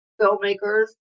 filmmakers